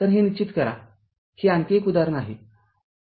तरहे निश्चित करा हे आणखी एक उदाहरण आहे